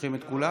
מושכים את כולן?